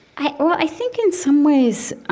i ah i think in some ways, i